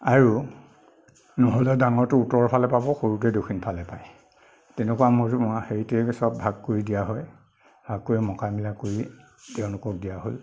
আৰু নহ'লে ডাঙৰটো উত্তৰ পালে পাব সৰুটোৱে দক্ষিণ ফালে পায় তেনেকুৱাকে চব ভাগ কৰি দিয়া হ'ল ভাগ কৰি মোকাবিলা কৰি তেওঁলোকক দিয়া হ'ল